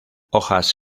hojas